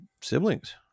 siblings